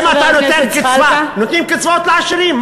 אם אתה נותן קצבה, נותנים קצבאות לעשירים.